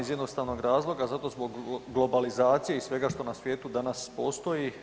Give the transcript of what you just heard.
Iz jednostavnog razloga zato zbog globalizacije i svega što na svijetu danas postoji.